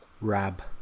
rab